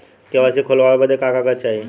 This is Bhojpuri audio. के.वाइ.सी खोलवावे बदे का का कागज चाही?